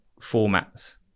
formats